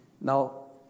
Now